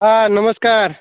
हा नमस्कार